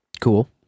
Cool